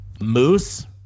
moose